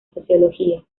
sociología